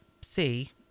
see